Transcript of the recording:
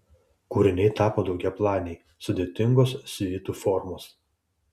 kūriniai tapo daugiaplaniai sudėtingos siuitų formos